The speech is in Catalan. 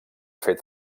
fet